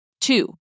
Two